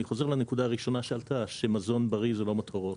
אני חוזר לנקודה הראשונה שעלתה שמזון בריא זה לא מותרות